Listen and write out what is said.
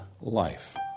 life